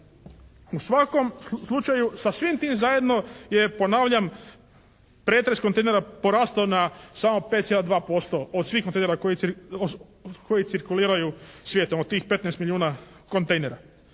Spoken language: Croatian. U svakom slučaju, sa svim tim zajedno je, ponavljam, pretres kontejnera porastao na samo 5,2% od svih kontejnera koji cirkuliraju svijetom, od tih 15 milijuna kontejnera.